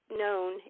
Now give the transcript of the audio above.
known